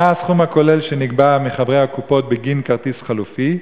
2. מה הוא הסכום הכולל שנגבה מחברי הקופות בגין כרטיס חלופי?